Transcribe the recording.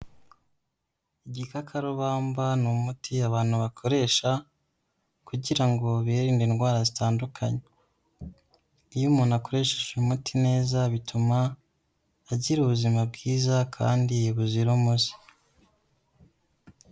Igikakarubamba ni umuti abantu bakoresha kugira birinde indwara zitandukanye, iyo umuntu akoresheje umuti neza bituma agira ubuzima bwiza kandi buzira umuze.